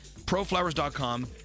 ProFlowers.com